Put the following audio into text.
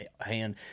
hand